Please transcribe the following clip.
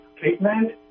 treatment